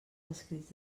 escrits